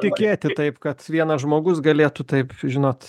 tikėti taip kad vienas žmogus galėtų taip žinot